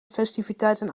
festiviteiten